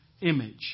image